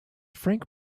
frank